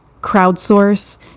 crowdsource